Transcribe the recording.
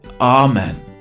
Amen